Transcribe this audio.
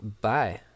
bye